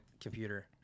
computer